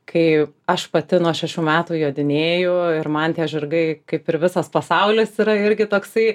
kai aš pati nuo šešių metų jodinėju ir man tie žirgai kaip ir visas pasaulis yra irgi toksai